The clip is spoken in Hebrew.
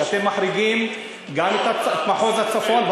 שאתם מחריגים גם את מחוז הצפון,